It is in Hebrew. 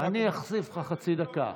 אני אוסיף לך חצי דקה.